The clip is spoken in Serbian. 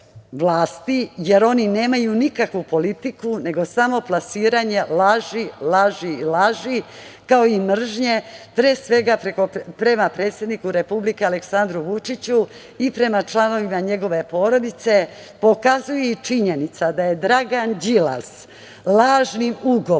jer oni nemaju nikakvu politiku, nego samo plasiranje laži, laži i laži, kao i mržnje, pre svega prema predsedniku Republike Aleksandru Vučiću i prema članovima njegove porodice pokazuje i činjenica da je Dragan Đilas lažnim ugovorom,